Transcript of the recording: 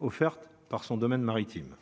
offertes par son domaine maritime.